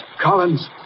Collins